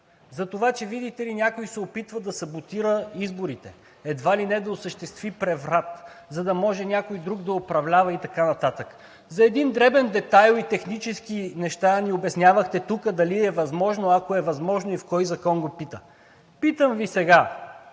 за това, че, видите ли, някой се опитва да саботира изборите, едва ли не да осъществи преврат, за да може някой друг да управлява и така нататък. За един дребен детайл и технически неща ни обяснявахте тук дали е възможно, ако е възможно и в кой закон го пише. Питам Ви сега,